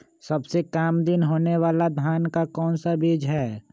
सबसे काम दिन होने वाला धान का कौन सा बीज हैँ?